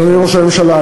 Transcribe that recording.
אדוני ראש הממשלה,